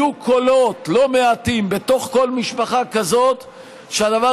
יהיו קולות לא מעטים בתוך כל משפחה כזאת שהדבר